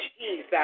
Jesus